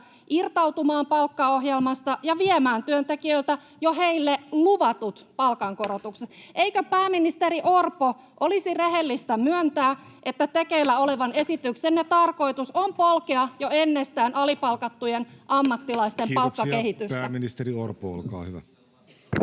irtautumaan palkkaohjelmasta ja viemään työntekijöiltä jo heille luvatut palkankorotukset. Eikö, pääministeri Orpo, olisi rehellistä myöntää, että tekeillä olevan esityksenne tarkoitus on polkea jo ennestään alipalkattujen ammattilaisten palkkakehitystä?